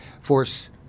force